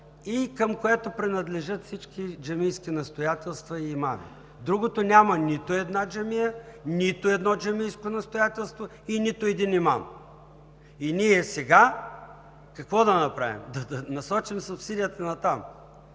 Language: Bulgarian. и към което принадлежат всички джамийски настоятелства и имами. Другото няма нито една джамия, нито едно джамийско настоятелство и нито един имам. И ние сега какво да направим – да насочим субсидията натам?